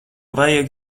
vajag